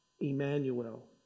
Emmanuel